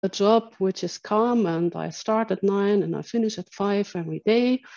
עבודה רגועה ואני מתחילה ב-9 ואני מקבלת ב-5 כל יום